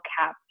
cap